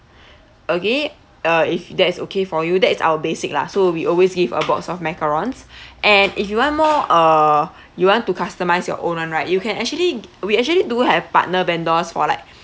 okay uh if that's okay for you that is our basic lah so we always give a box of macarons and if you want more uh you want to customise your own [one] right you can actually we actually do have partner vendors for like